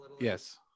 Yes